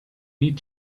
need